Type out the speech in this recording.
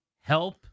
Help